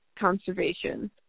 conservation